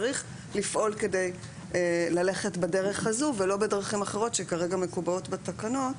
צריך לפעול כדי ללכת בדרך הזו ולא בדרכים אחרות שכרגע מקובעות בתקנות.